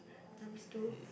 times two